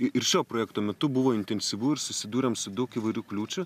ir šio projekto metu buvo intensyvu ir susidūrėm su daug įvairių kliūčių